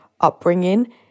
upbringing